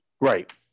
Right